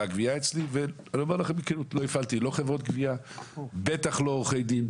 אני אומר לכם בכנות: לא הפעלתי חברות גבייה ובטח לא עורכי דין.